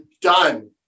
done